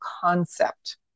concept